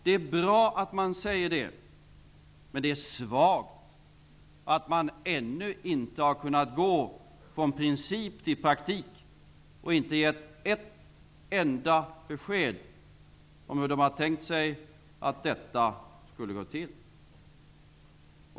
Det är bra att de säger det, men det är svagt att de ännu inte har kunnat gå från princip till praktik och inte gett ett enda besked om hur de hade tänkt sig att detta skulle gå till.